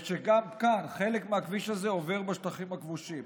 גם כאן, חלק מהכביש הזה עובר בשטחים הכבושים.